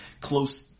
close